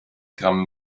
gramm